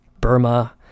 Burma